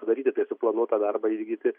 padaryti tai suplanuotą darbą įvykdyti